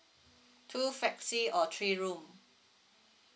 two flexi or three room